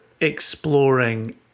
exploring